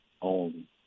on